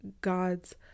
God's